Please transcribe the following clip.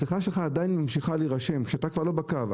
השיחה שלך עדיין ממשיכה להירשם כשאתה לא בקו,